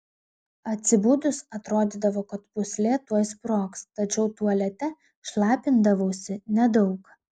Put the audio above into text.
atsibudus atrodydavo kad pūslė tuoj sprogs tačiau tualete šlapindavausi nedaug